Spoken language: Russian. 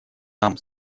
там